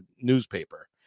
newspaper